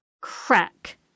Crack